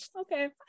Okay